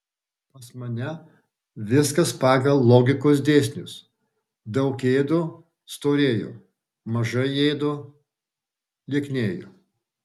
pas mane viskas pagal logikos dėsnius daug ėdu storėju mažai ėdu lieknėju